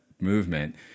movement